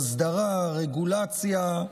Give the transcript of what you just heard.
אסדרה, רגולציה,